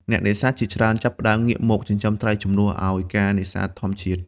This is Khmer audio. អ្នកនេសាទជាច្រើនចាប់ផ្តើមងាកមក ចិញ្ចឹមត្រី ជំនួសឱ្យការនេសាទធម្មជាតិ។